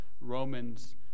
Romans